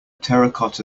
terracotta